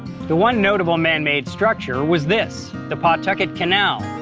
the one notable man-made structure was this, the pawtucket canal.